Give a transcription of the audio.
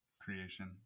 creation